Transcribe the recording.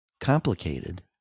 complicated